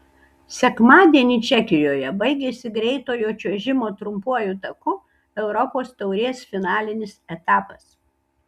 sekmadienį čekijoje baigėsi greitojo čiuožimo trumpuoju taku europos taurės finalinis etapas